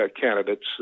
candidates